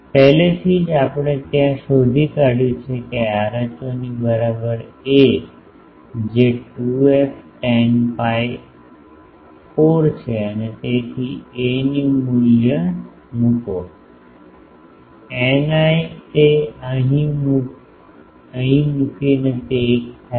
પહેલેથી જ આપણે જ્યારે શોધી કાદ્વઢયું છે કે rho ની બરાબર a જે 2f tan pi 4 છે તેથી તે a ની મૂલ્ય મૂકો ηi તે અહીં મૂકીને તે 1 થાય છે